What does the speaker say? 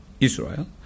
Israel